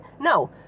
No